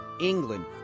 England